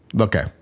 okay